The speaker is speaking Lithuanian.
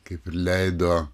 kaip ir leido